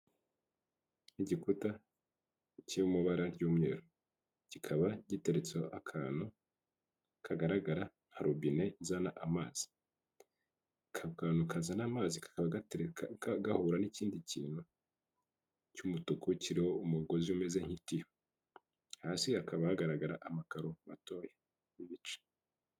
Igikuta kiri mu mabara y'umweru, kikaba giteretseho akantu kagaragara nka robine izana amazi, ako kantu kazana amazi kakaba gatereka ka gahura n'ikindi kintu cy'umutuku kiriho umugozi umeze nk'itiyo, hasi hakaba hagaragara amakaro matoya y'ibice.